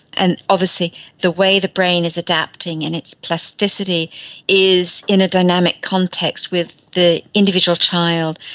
and obviously the way the brain is adapting in its plasticity is in a dynamic context with the individual child,